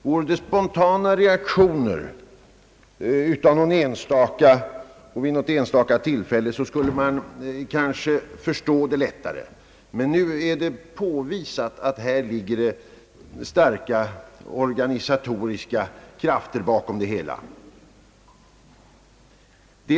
Vore det fråga om spontana reaktioner av enstaka individer och vid något enstaka tillfälle skulle man kanske lättare kunna överse med det inträffade, men det är nu påvisat att det ligger starka organisatoriska krafter bakom dessa demonstrationer.